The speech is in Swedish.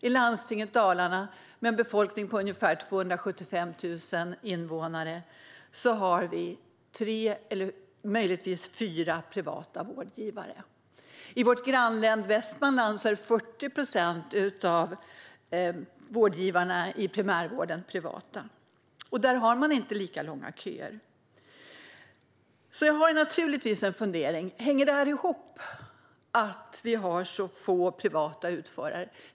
I landstinget Dalarna, där det är ungefär 275 000 invånare, har vi tre eller möjligtvis fyra privata vårdgivare. I vårt grannlän Västmanland är 40 procent av vårdgivarna i primärvården privata. Där har man inte lika långa köer. Jag har naturligtvis en fundering: Hänger det här ihop? Vi har få privata utförare.